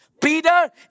Peter